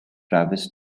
travis